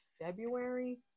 February